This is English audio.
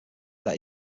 that